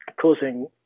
causing